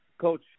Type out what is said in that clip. Coach